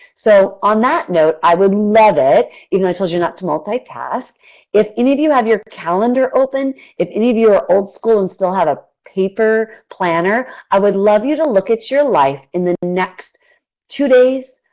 so on that note, i would love it even though i told you not to multitask if any of you have your calendar open if any of you are old school and still have a paper planner i would love you to look at your life in the next two days,